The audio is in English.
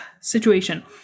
situation